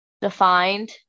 defined